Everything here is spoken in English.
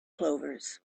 clovers